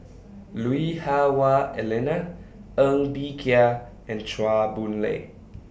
Lui Hah Wah Elena Ng Bee Kia and Chua Boon Lay